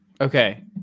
Okay